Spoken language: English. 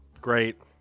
great